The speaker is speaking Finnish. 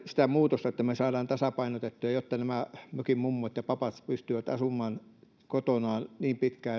sitä muutosta että me saamme tasapainotettua jotta nämä mökin mummot ja papat pystyvät asumaan kotonaan niin pitkään